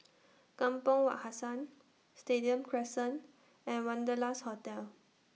Kampong Wak Hassan Stadium Crescent and Wanderlust Hotel